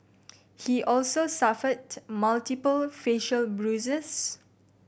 he also suffered multiple facial bruises